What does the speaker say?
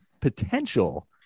potential